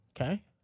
Okay